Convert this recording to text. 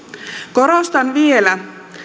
korostan vielä